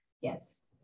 Yes